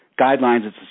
guidelines